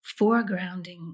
foregrounding